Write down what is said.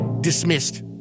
Dismissed